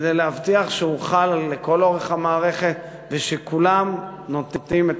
כדי להבטיח שהוא חל לכל אורך המערכת ושכולם נותנים את